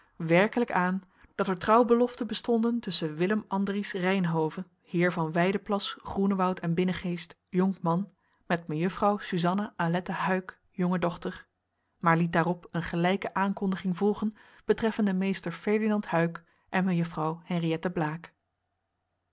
werkelijk aan dat er trouwbeloften bestonden tusschen willem andries reynhove heer van wijdeplas groenewoud en binnengeest jonkman met mejuffrouw susanna aletta huyck jonge dochter maar liet daarop een gelijke aankondiging volgen betreffende meester ferdinand huyck en mejuffrouw henriëtte blaek